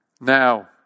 Now